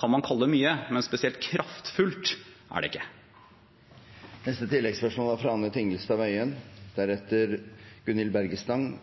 kan man kalle mye, men spesielt kraftfullt er det ikke.